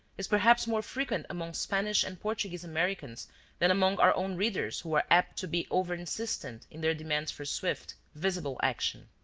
is perhaps more frequent among spanish and portuguese americans than among our own readers who are apt to be overinsistent in their demands for swift, visible action.